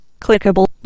Clickable